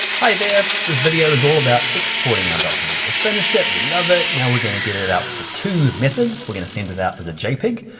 hi there, this video is all about exporting our document, we finished it, we love it, now we're gonna get it it out for two methods. we're gonna send it out as a jpeg,